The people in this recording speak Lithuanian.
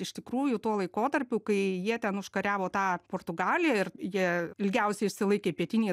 iš tikrųjų tuo laikotarpiu kai jie ten užkariavo tą portugaliją ir jie ilgiausiai išsilaikė pietinėje